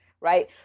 right